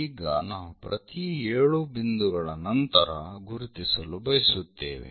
ಈಗ ನಾವು ಪ್ರತಿ 7 ಬಿಂದುಗಳ ನಂತರ ಗುರುತಿಸಲು ಬಯಸುತ್ತೇವೆ